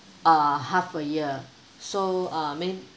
uh half a year so uh may~